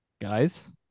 guys